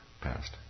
passed